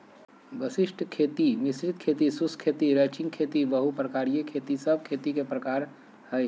वशिष्ट खेती, मिश्रित खेती, शुष्क खेती, रैचिंग खेती, बहु प्रकारिय खेती सब खेती के प्रकार हय